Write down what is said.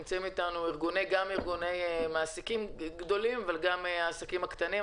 נמצאים איתנו גם ארגוני מעסיקים גדולים וגם נציגי העסקים הקטנים.